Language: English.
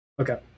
Okay